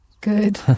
Good